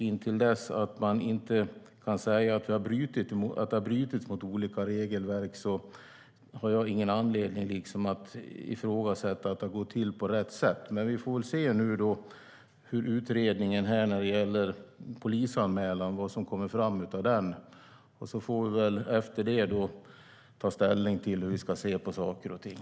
Intill dess att det inte kan sägas att det har brutits mot olika regelverk har jag ingen anledning att ifrågasätta att det har gått till på rätt sätt. Men vi får se vad som kommer fram av utredningen i samband med polisanmälan. Efter det får vi ta ställning till hur vi ska se på saker och ting.